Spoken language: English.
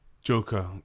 Joker